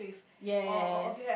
yes